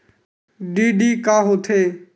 DD का होथे?